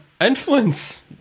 Influence